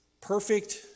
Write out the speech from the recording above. perfect